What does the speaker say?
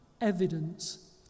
evidence